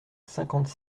cinquante